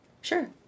sure